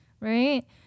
right